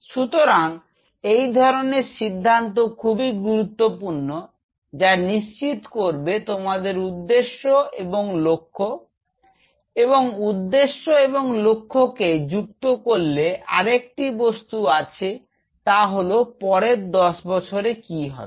সুতরাং এই ধরনের সিদ্ধান্ত খুবই গুরুত্বপূর্ণ যা নিশ্চিত করবে তোমাদের উদ্দেশ্য এবং লক্ষ্য এবং উদ্দেশ্য এবং লক্ষ্য কে যুক্ত করলে আর একটি বস্তু আছে তা হল পরের দশ বছরে কি হবে